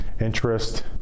interest